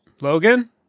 Logan